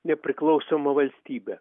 nepriklausomą valstybę